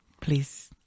please